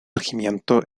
regimiento